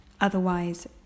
Otherwise